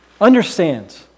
Understand